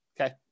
okay